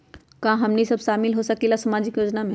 का हमनी साब शामिल होसकीला सामाजिक योजना मे?